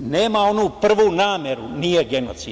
nema onu prvu – nameru, nije genocid.